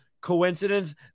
coincidence